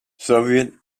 soviet